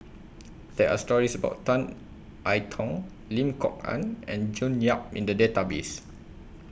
There Are stories about Tan I Tong Lim Kok Ann and June Yap in The Database